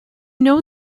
know